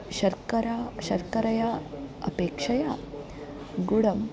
शर्करा शर्करायाः अपेक्षया गुडं